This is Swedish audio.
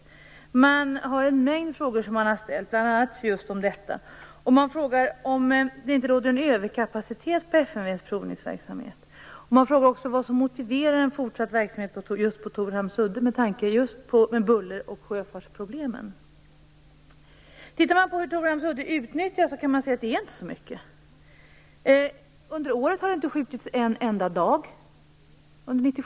De har ställt en mängd frågor, bl.a. just om detta. De frågar om det inte råder en överkapacitet inom FMV:s provningsverksamhet. De frågar också vad som motiverar en fortsatt verksamhet på Torhamns udde, just med tanke på buller och sjöfartsproblemen. Torhamns udde utnyttjas inte särskilt mycket. Under 1997 har det inte skjutits en enda dag.